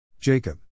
Jacob